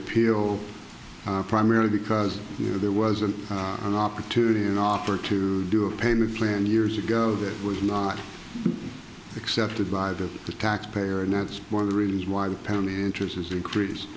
appeal primarily because you know there wasn't an opportunity an offer to do a payment plan years ago it was not accepted by the taxpayer and that's one of the reasons why the pound interest has increased